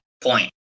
point